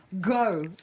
Go